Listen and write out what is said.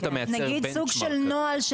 נגיד סוג של נוהל,